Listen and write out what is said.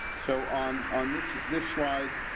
so, on on this, this slide.